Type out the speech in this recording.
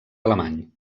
alemany